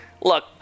Look